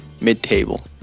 mid-table